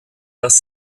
dass